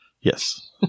Yes